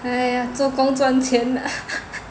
!aiya! 做工赚钱 lah